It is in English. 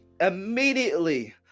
Immediately